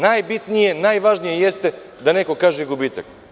Najbitnije, najvažnije je da neko kaže gubitak.